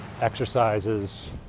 exercises